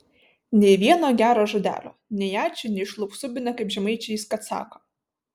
nei vieno gero žodelio nei ačiū nei išlupk subinę kaip žemaičiai kad sako